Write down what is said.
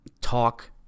talk